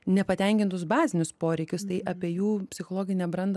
nepatenkintus bazinius poreikius tai apie jų psichologinę brandą